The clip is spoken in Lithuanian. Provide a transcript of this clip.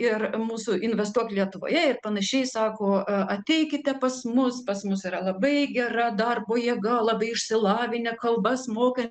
ir mūsų investuok lietuvoje ir panašiai sako ateikite pas mus pas mus yra labai gera darbo jėga labai išsilavinę kalbas moka